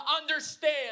understand